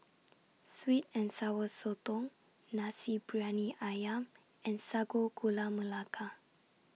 Sweet and Sour Sotong Nasi Briyani Ayam and Sago Gula Melaka